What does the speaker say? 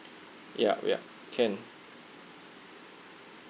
yup yup can